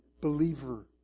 believer